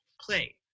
play